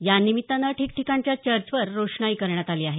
या निमित्तानं ठिकठिकाणच्या चर्चवर रोषणाई करण्यात आली आहे